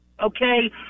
okay